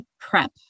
PrEP